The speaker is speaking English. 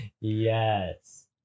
yes